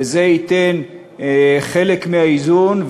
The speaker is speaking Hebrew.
וזה ייתן חלק מהאיזון.